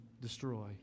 destroy